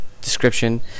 description